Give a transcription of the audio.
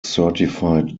certified